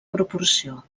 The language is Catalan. proporció